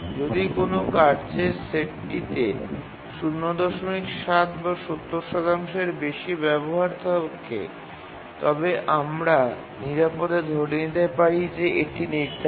যদি কোনও কাজের সেটটিতে ০৭ বা ৭০ এর বেশি ব্যবহার থাকে তবে আমরা নিরাপদে ধরে নিতে পারি যে এটি নির্ধারিত